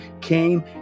came